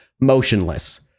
motionless